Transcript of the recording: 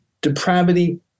depravity